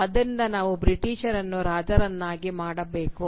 ಆದ್ದರಿಂದ ನಾವು ಬ್ರಿಟಿಷರನ್ನು ರಾಜರನ್ನಾಗಿ ಮಾಡಬೇಕು